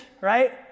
right